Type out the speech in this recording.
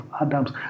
Adams